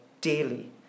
daily